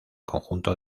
conjunto